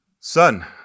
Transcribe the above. Son